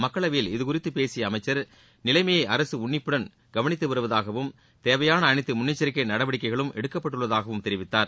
மக்களவையில் இது குறித்து பேசிய அமைச்சர் நிலைமயை அரசு உன்னிப்புடன் கவனிதது வருவதாகவும் தேவையான அளைத்து முன்னெச்சரிக்கை நடவடிக்கைகளும் எடுக்கப்பட்டுள்ளதாகவும் தெரிவித்தார்